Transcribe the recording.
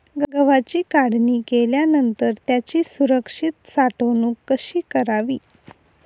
गव्हाची काढणी केल्यानंतर त्याची सुरक्षित साठवणूक कशी करावी?